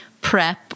prep